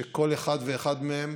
שכל אחד ואחד מהם